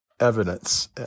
Evidence